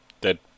dead